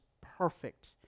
perfect